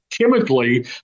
chemically